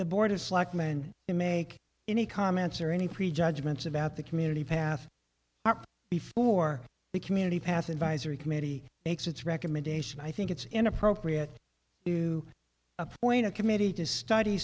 the board of selectmen to make any comments or any prejudgments about the community path before the community path advisory committee makes its recommendation i think it's inappropriate to appoint a committee to study